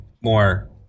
more